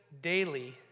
daily